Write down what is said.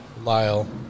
Lyle